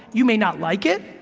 you may not like it,